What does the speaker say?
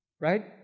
Right